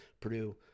Purdue